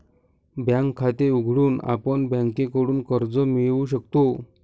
bank खाते उघडून आपण बँकेकडून कर्ज मिळवू शकतो